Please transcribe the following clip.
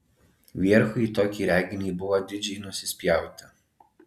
vierchui į tokį reginį buvo didžiai nusispjauti